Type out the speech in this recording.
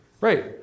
Right